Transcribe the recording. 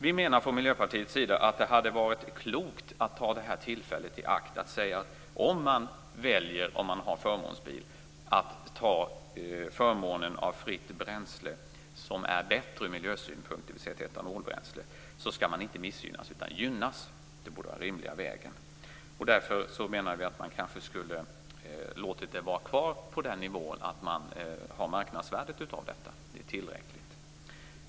Vi menar från Miljöpartiets sida att det hade varit klokt att ta tillfället i akt och säga att om man har förmånsbil och väljer att ta ut förmånen av fritt bränsle i ett alternativ som är bättre ur miljösynpunkt, dvs. ett etanolbränsle, skall man inte missgynnas utan gynnas. Det borde vara den rimliga vägen. Därför menar vi att man kanske skulle ha låtit det vara kvar på nivån för marknadsvärdet. Det är tillräckligt.